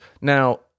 Now